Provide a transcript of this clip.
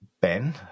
Ben